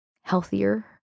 healthier